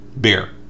beer